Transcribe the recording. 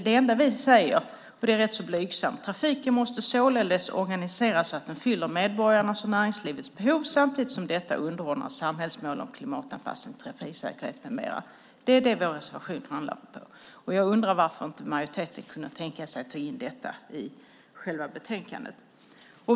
Det enda vi säger, och det är rätt blygsamt, är detta: "Trafiken måste således organiseras så att den fyller medborgarnas och näringslivets behov, samtidigt som detta underordnas samhällsmålen om klimatanpassning, trafiksäkerhet m.m." Det är det vår reservation handlar om. Jag undrar varför inte majoriteten kunde tänka sig att ta in detta i själva utlåtandet.